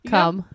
Come